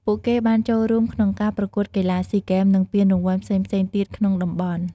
ពួកគេបានចូលរួមក្នុងការប្រកួតកីឡាស៊ីហ្គេម និងពានរង្វាន់ផ្សេងៗទៀតក្នុងតំបន់។